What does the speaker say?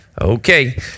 Okay